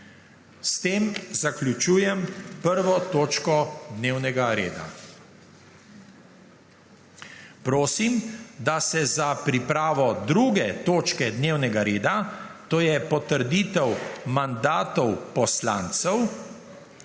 S tem zaključujem 1. točko dnevnega reda. Prosim, da se za pripravo 2. točke dnevnega reda, to je Potrditev mandatov poslancev,